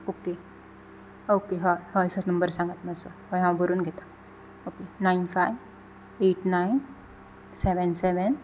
okay okay हय हय sir number सांगात मातसो हय हांव बरोवन घेता okay nine five eight nine seven seven